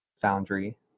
Foundry